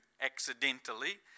accidentally